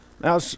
Now